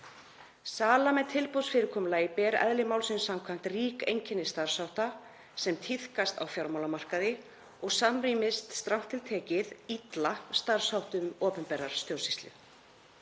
Sala með tilboðsfyrirkomulagi ber eðli málsins samkvæmt rík einkenni starfshátta sem tíðkast á fjármálamarkaði og samrýmist strangt til tekið illa starfsháttum opinberrar stjórnsýslu.